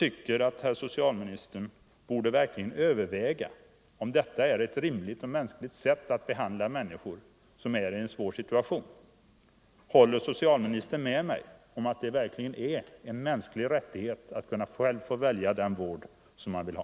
Herr socialministern borde verkligen överväga om detta är ett rimligt och mänskligt sätt att behandla människor i en svår situation. Håller socialministern med mig om att det verkligen är en mänsklig rättighet att själv få välja den vård man vill ha?